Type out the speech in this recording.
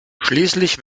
schließlich